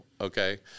Okay